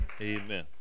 Amen